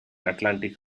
atlantic